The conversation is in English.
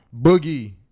Boogie